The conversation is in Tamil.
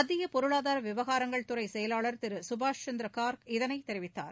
மத்திய பொருளாதார விவகாரங்கள் துறை செயலாளர் திரு சுபாஷ் சந்திரா கார்க் இதைத் தெரிவித்தார்